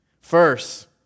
First